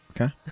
Okay